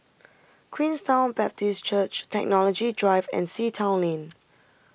Queenstown Baptist Church Technology Drive and Sea Town Lane